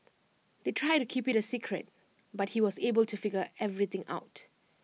they tried to keep IT A secret but he was able to figure everything out